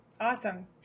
Awesome